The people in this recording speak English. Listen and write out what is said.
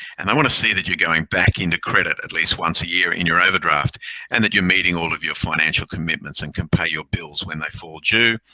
and they want to see that you're going back into credit at least once a year in your overdraft and that you're meeting all of your financial commitments and can pay your bills when they fall due.